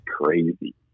crazy